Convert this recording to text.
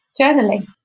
journaling